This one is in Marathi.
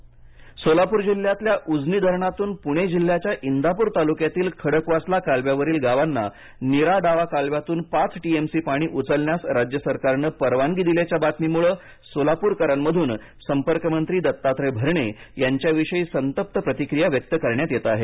उजनीचं पाणी निषेध सोलापर सोलापूर जिल्ह्यातल्या उजनी धरणातून पुणे जिल्ह्याच्या इंदापूर तालुक्यातील खडकवासला कालव्यावरील गावांना निरा डावा कालव्यातून पाच टीएमसी पाणी उचलण्यास राज्य सरकारने परवानगी दिल्याच्या बातमीमुळे सोलापुरकरांमधून संपर्कमंत्री दत्तात्रय भरणे यांच्याविषयी संतप्त प्रतिक्रिया व्यक्त करण्यात येत आहे